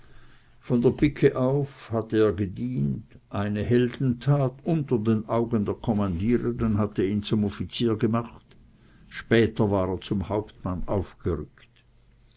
von der pike auf hat er gedient eine heldentat unter den augen der kommandierenden hatte ihn zum offizier gemacht später war er zum hauptmann aufgerückt